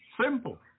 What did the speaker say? simple